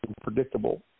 predictable